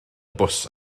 bws